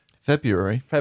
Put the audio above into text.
february